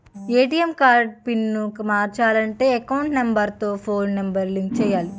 ATM card pin మార్చాలంటే account number తో phone number link చేయాలి